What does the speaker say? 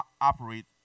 operate